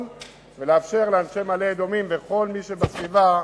ולאפשר לאנשי מעלה-אדומים וכל מי שבסביבה,